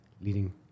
leading